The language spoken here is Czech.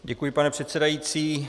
Děkuji, pane předsedající.